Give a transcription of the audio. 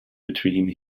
between